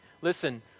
Listen